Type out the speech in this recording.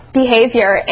behavior